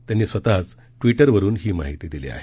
त्यांनी स्वतःच ट्विटरवरून ही माहिती दिली आहे